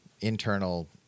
internal